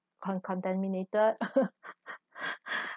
or contaminated